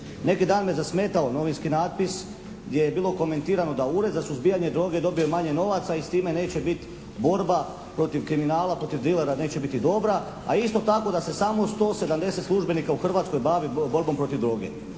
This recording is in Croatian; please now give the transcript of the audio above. Neki dan me zasmetalo novinski natpis gdje je bilo komentirano da je Ured za suzbijanje droge je dobio manje novaca i s time neće biti borba protiv kriminala, protiv dilera neće biti dobra, a isto tako da se samo 170 službenika u Hrvatskoj bavi borbom protiv droge.